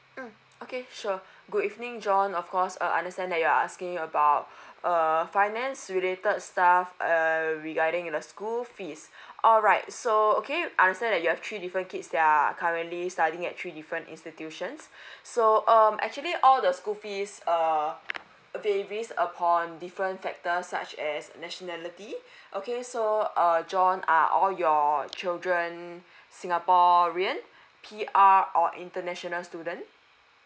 mm okay sure good evening john of course uh understand that you're asking about uh finance related stuff uh regarding the school fees alright so okay understand that you have three different kids that are currently studying at three different institutions so um actually all the school fees err varies upon different factor such as nationality okay so err john are all your children singaporean P_R or international student